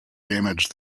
damaged